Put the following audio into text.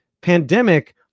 pandemic